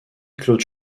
claude